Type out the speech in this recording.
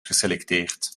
geselecteerd